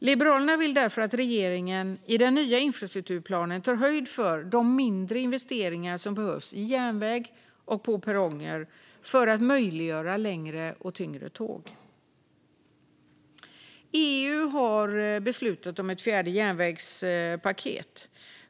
Liberalerna vill därför att regeringen i den nya infrastrukturplanen tar höjd för de mindre investeringar som behövs i järnväg och på perronger för att möjliggöra längre och tyngre tåg. EU har beslutat om ett fjärde järnvägspaket.